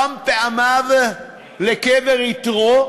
שם פעמיו לקבר יתרו,